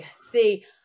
See